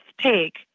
take